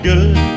Good